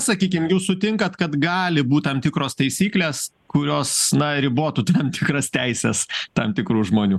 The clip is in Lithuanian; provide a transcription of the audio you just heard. sakykim jūs sutinkat kad gali būt tam tikros taisyklės kurios na ribotų tam tikras teises tam tikrų žmonių